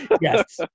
Yes